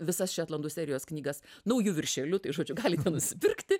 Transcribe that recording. visas šetlandų serijos knygas nauju viršeliu tai žodžiu galite nusipirkti